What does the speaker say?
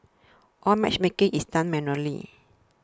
all matchmaking is done manually